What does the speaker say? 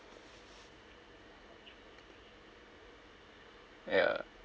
ya